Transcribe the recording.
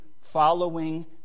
following